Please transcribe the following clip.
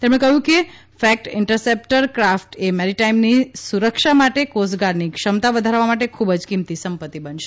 તેમણે કહ્યું કે ફેક્ટ ઇન્ટરસેપ્ટર ક્રાફટએ મેરીટાઇમની સુરક્ષા માટે કોસ્ટગાર્ડની ક્ષમતા વધારવા માટે ખૂબ જ કિમતી સંપત્તિ બનશે